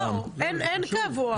לא, אין קבוע.